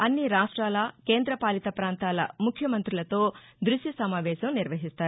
అన్ని రాష్టాల కేంద్రపాలిత పాంతాల ముఖ్యమంతులతో దృశ్య సమావేశం నిర్వహిస్తారు